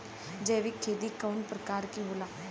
जैविक खेती कव प्रकार के होला?